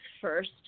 first